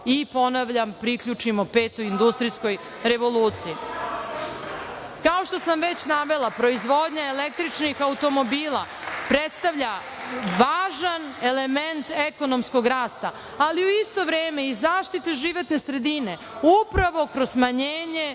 i, ponavljam, priključimo petoj industrijskoj revoluciji. Kao što sam već navela, proizvodnja električnih automobila predstavlja važan element ekonomskog rasta, ali u isto vreme i zaštitu životne sredine kroz smanjenje